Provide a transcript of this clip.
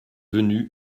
venus